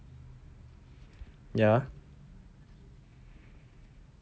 ya